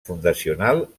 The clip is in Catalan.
fundacional